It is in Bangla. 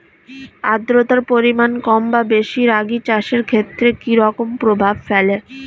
আদ্রতার পরিমাণ কম বা বেশি রাগী চাষের ক্ষেত্রে কি রকম প্রভাব ফেলে?